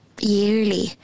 yearly